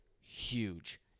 huge